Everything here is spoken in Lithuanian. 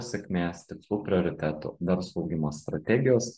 sėkmės tikslų prioritetų verslo augimo strategijos